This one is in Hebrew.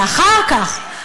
ואחר כך,